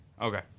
Okay